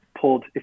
pulled